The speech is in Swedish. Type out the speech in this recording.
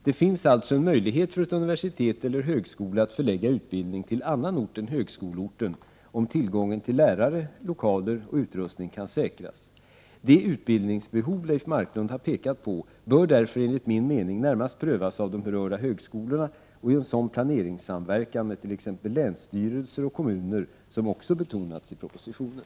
Det finns alltså en möjlighet för ett universitet eller en högskola att förlägga utbildning till annan ort än högskoleorten, om tillgången till lärare, lokaler och utrustning kan säkras. Det utbildningsbehov Leif Marklund har pekat på bör därför enligt min mening närmast prövas av de berörda högskolorna och i en sådan planeringssamverkan med t.ex. länsstyrelser och kommuner som också betonats i propositionen.